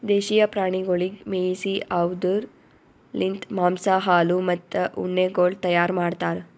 ದೇಶೀಯ ಪ್ರಾಣಿಗೊಳಿಗ್ ಮೇಯಿಸಿ ಅವ್ದುರ್ ಲಿಂತ್ ಮಾಂಸ, ಹಾಲು, ಮತ್ತ ಉಣ್ಣೆಗೊಳ್ ತೈಯಾರ್ ಮಾಡ್ತಾರ್